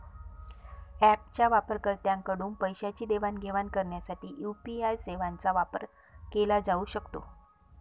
ऍपच्या वापरकर्त्यांकडून पैशांची देवाणघेवाण करण्यासाठी यू.पी.आय सेवांचा वापर केला जाऊ शकतो